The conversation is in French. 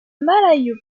malayo